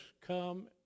come